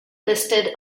listed